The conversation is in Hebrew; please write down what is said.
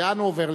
לאן הוא עובר?